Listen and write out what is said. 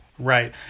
Right